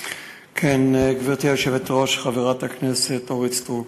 גברתי היושבת-ראש, חברת הכנסת אורית סטרוק,